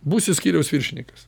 būsi skyriaus viršininkas